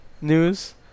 news